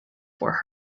for